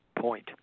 point